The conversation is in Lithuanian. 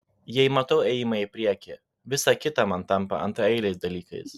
jei matau ėjimą į priekį visa kita man tampa antraeiliais dalykais